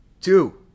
Two